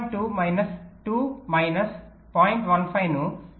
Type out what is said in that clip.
2 minus 2 minus 0